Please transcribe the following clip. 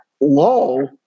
low